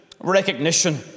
Recognition